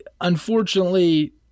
Unfortunately